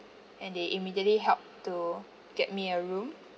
and they immediately helped to get me a room